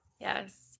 Yes